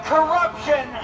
corruption